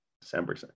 December